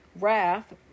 wrath